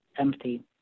empty